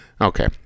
Okay